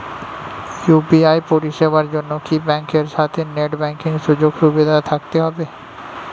UPI পরিষেবার জন্য কি ব্যাংকের সাথে নেট ব্যাঙ্কিং সুযোগ সুবিধা থাকতে হবে?